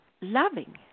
loving